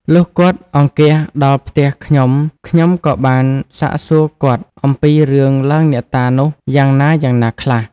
លុះគាត់អង្គាសដល់ផ្ទះខ្ញុំៗ ក៏បានសាកសួរគាត់ អំពីរឿង ឡើងអ្នកតានោះយ៉ាងណាៗខ្លះ?។